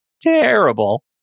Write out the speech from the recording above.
terrible